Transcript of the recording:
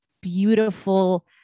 beautiful